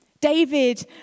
David